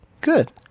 Good